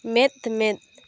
ᱢᱮᱫᱼᱢᱮᱫ